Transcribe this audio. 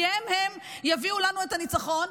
כי הם-הם יביאו לנו את הניצחון,